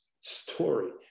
story